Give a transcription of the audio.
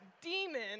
Demon